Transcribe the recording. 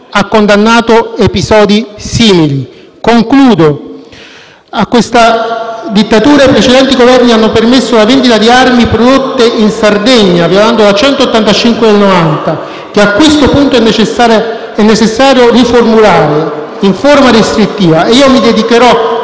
ha condannato episodi simili. Concludendo, a questa dittatura i precedenti Governi hanno permesso la vendita di armi prodotte in Sardegna, violando la legge n. 185 del 1990 che, a questo punto, è necessario riformulare in forma restrittiva. Mi dedicherò